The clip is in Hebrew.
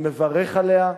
אני מברך עליה,